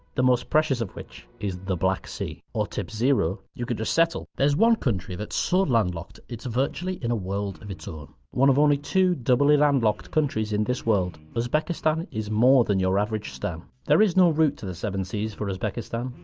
the most precious of which is the black sea. or tip zero you could just settle. there's one country that's so landlocked, it's virtually in a world of its own. one of only two doubly-landlocked countries in this world, uzbekistan is more than your average stan. there is no route to the seven seas for uzbekistan.